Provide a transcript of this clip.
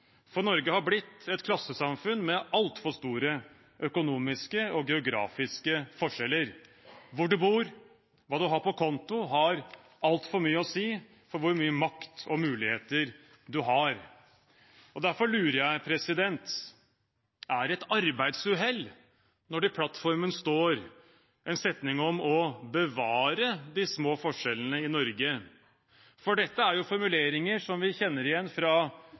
for Norge har blitt et klassesamfunn med altfor store økonomiske og geografiske forskjeller. Hvor man bor, og hva man har på konto, har altfor mye å si for hvor mye makt og hvilke muligheter man har. Derfor lurer jeg på: Er det et arbeidsuhell når det i plattformen står en setning om å bevare de små forskjellene i Norge? For dette er jo formuleringer som vi kjenner igjen fra